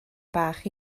bach